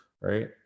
right